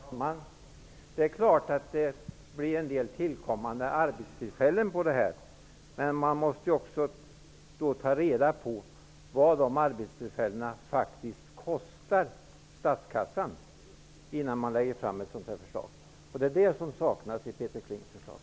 Herr talman! Det är klart att det blir en del tillkommande arbetstillfällen genom detta system. Men man måste då ta reda på vad de arbetstillfällena faktiskt kostar statskassan, innan man lägger fram ett sådant här förslag. En sådan beräkning saknas i Peter Klings förslag.